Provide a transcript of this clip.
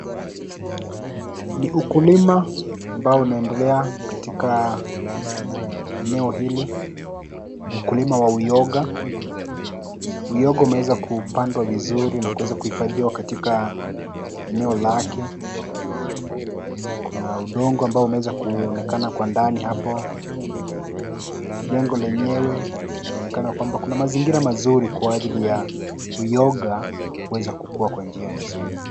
Ni ukulima ambao unaendelea katika eneo hili. Ni ukulima wa uyoga. Uyoga umeweza kupandwa vizuri na kuweza kuhifadhiwa katika eneo lake. Kuna udongo ambao umeweza kuonekana kwa ndani hapo. Jengo lenyewe linaonekana kwamba kuna mazingira mazuri kwa ajili ya uyoga kuweza kukua kwa njia nzuri.